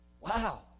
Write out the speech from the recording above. Wow